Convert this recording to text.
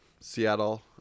Seattle